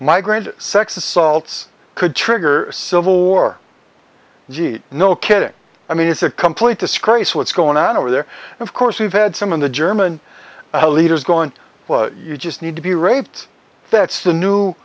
migrant sex assaults could trigger civil war no kidding i mean it's a complete the scrapes what's going on over there of course we've had some of the german leaders gone you just need to be raped that's the new